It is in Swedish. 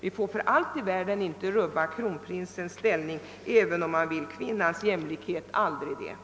Vi får för allt i världen inte rubba på kronprinsens ställning, även om man har än så starka önskemål om kvinnlig jämlikhet.